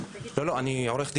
אני עורך דין.